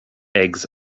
eggs